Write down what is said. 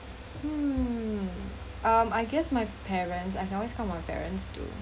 hmm um I guess my parents I can always come to my parents to